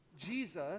Jesus